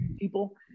people